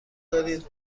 دارید